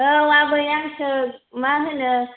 औ आबै आंसो मा होनो